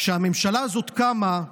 כשהממשלה הזו קמה,